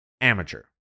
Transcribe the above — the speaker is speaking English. amateur